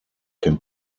can